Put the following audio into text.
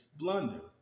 blunder